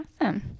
Awesome